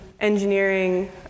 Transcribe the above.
engineering